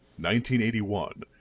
1981